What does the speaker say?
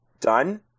done